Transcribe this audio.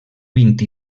vint